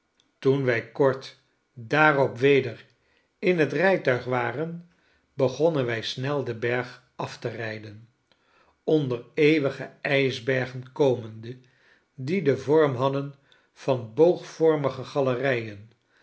toen wij kort daarop weder in het rijtuig waren begonnen wij snel den berg afte rijden onder eeuwige ijsbergen komende die den vorm hadden van